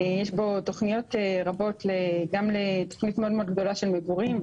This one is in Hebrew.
יש בו תוכניות רבות גם תוכנית מאוד גדולה של מגורים,